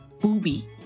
booby